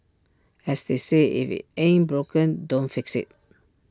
as they say if IT ain't broken don't fix IT